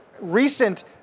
recent